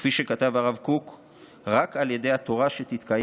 וכפי שכתב הרב קוק: "רק על ידי התורה שתתקיים